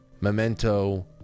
Memento